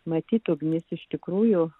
matyt ugnis iš tikrųjų